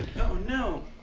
no